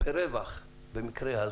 ברווח מהמקרה הזה